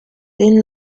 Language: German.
den